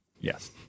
Yes